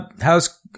how's